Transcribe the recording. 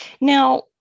Now